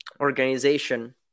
organization